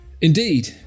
Indeed